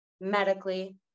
medically